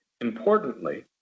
Importantly